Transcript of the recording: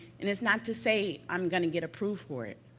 and it's not to say i'm going to get approved for it.